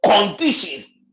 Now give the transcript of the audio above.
condition